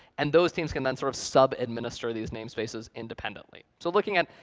and those teams can then sort of sub administer these namespaces independently. so looking at,